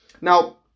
Now